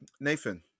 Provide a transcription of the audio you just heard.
Nathan